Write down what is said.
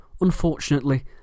unfortunately